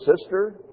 sister